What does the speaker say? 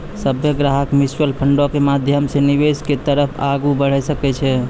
सभ्भे ग्राहक म्युचुअल फंडो के माध्यमो से निवेश के तरफ आगू बढ़ै सकै छै